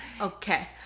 Okay